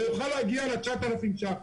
ויוכל להגיע ל-9,000 ש"ח.